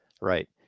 right